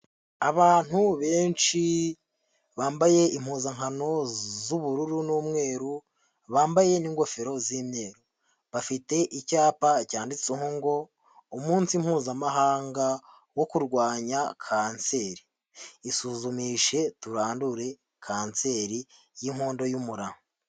Abantu benshi bambaye impuzankano z'ubururu n'umweru, bambaye n'ingofero z'imyeru. Bafite icyapa cyanditseho ngo: ''Umunsi mpuzamahanga wo kurwanya kanseri. Isuzumishe turandure kanseri y'inkondo y'umura.''